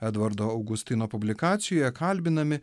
edvardo augustino publikacijoje kalbinami